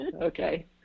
Okay